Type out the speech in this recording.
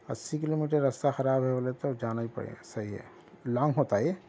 اسّی kilometre راستہ خراب ہے بولے تو جانا پڑے گا صحیح ہے لانگ ہوتا ہے یہ